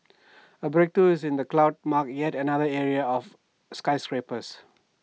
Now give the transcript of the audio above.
A breakthrough is in the cloud mark yet another era of skyscrapers